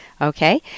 Okay